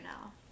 now